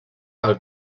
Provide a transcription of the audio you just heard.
del